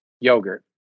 yogurt